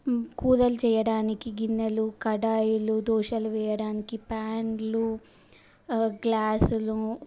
కూరలు చేయడానికి గిన్నెలు కడాయిలు దోశలు వేయడానికి ప్యాన్లు గ్లాసులు